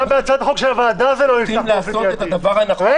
גם בהצעת החוק של הוועדה זה לא נפתח באופן